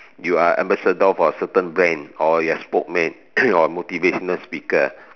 you are ambassador for a certain brand or you are spokesman or a motivational speaker